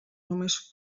només